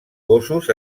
gossos